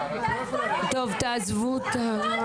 טוב, תעזבו אותה.